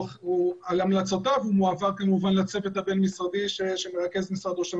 על המלצותיו מועבר כמובן לצוות הבין-משרדי שמרכז משרד ראש הממשלה.